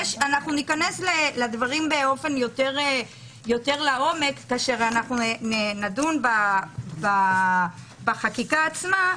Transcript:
אנחנו ניכנס לדברים יותר לעומק כאשר נדון בחקיקה עצמה,